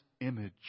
image